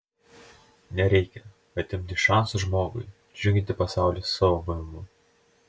nereikia atimti šanso žmogui džiuginti pasaulį savo buvimu